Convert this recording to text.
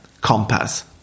compass